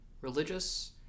religious